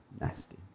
Nasty